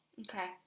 okay